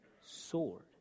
sword